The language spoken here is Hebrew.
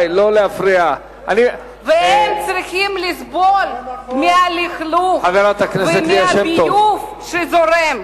והם צריכים לסבול מהלכלוך ומהביוב שזורם,